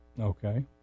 Okay